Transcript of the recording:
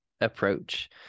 approach